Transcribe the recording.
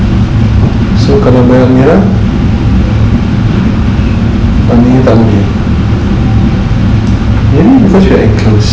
so kalau banyak merah maknanya tak boleh maybe because we are enclosed